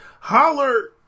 holler